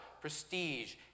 prestige